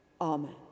Amen